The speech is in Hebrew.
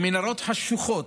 במנהרות חשוכות,